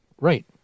right